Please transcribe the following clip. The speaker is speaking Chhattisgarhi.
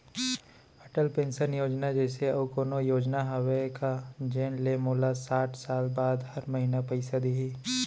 अटल पेंशन योजना जइसे अऊ कोनो योजना हावे का जेन ले मोला साठ साल बाद हर महीना पइसा दिही?